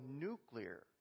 nuclear